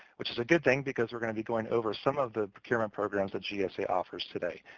which is a good thing, because we're going to be going over some of the procurement programs that gsa offers today,